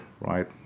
right